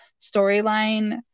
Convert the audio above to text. storyline